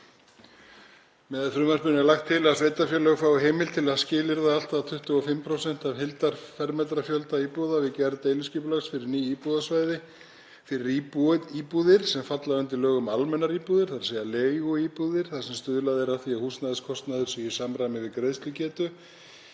Með frumvarpinu er lagt til að sveitarfélög fái heimild til að skilyrða allt að 25% af heildarfermetrafjölda íbúða við gerð deiliskipulags fyrir ný íbúðasvæði fyrir íbúðir sem falla undir lög um almennar íbúðir, þ.e. leiguíbúðir þar sem stuðlað er að því að húsnæðiskostnaður sé í samræmi við greiðslugetu,